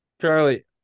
charlie